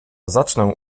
zacznę